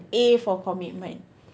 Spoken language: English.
A for commitment